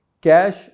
cash